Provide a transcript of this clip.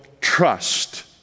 trust